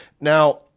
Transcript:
Now